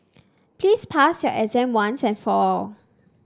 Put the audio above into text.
please pass your exam once and for all